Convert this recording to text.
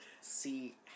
see